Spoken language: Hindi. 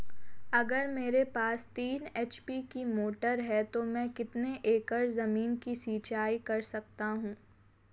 अगर मेरे पास तीन एच.पी की मोटर है तो मैं कितने एकड़ ज़मीन की सिंचाई कर सकता हूँ?